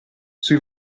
sui